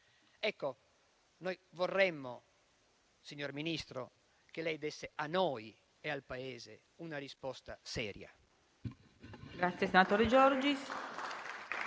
Ecco, noi vorremmo, signor Ministro, che lei desse a noi e al Paese una risposta seria.